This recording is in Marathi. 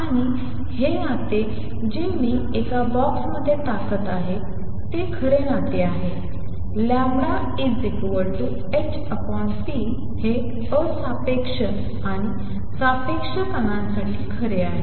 आणि हे नाते जे मी एका बॉक्समध्ये टाकत आहे ते खरे नाते आहे λhp हे असापेक्ष आणि सापेक्ष कणांसाठी खरे आहे